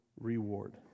reward